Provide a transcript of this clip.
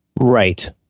Right